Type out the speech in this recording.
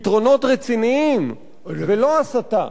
פתרונות רציניים, ולא הסתה.